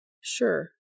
Sure